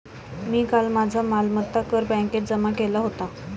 मी काल माझा मालमत्ता कर बँकेत जमा केला होता